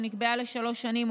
שנקבעה לשלוש שנים,